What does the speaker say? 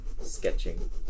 sketching